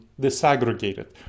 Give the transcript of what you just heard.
disaggregated